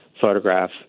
photograph